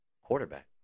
quarterback